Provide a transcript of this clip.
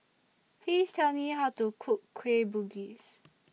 Please Tell Me How to Cook Kueh Bugis